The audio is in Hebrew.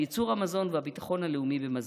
על ייצור המזון והביטחון הלאומי במזון.